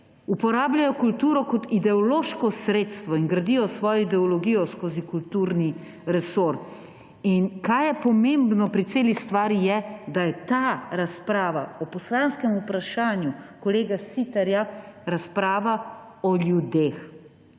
uporabljajo kulturo kot ideološko sredstvo in gradijo svojo ideologijo skozi kulturni resor. Kar je pomembno pri celi stvari, je, da je ta razprava o poslanskem vprašanju kolega Siterja razprava o ljudeh,